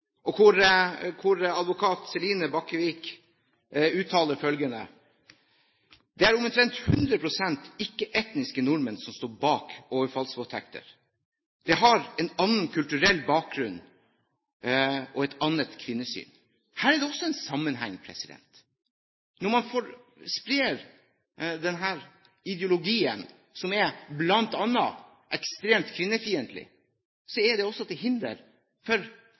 vært begått fem overfallsvoldtekter. Advokat Celine Bache-Wiig uttaler følgende: «Det er omtrent 100 prosent ikke-etniske nordmenn som står bak overfallsvoldtekter. De har en annen kulturell bakgrunn og et annet kvinnesyn.» Her er det også en sammenheng. Når man sprer denne ideologien, som er bl.a. ekstremt kvinnefiendtlig, er det også til hinder for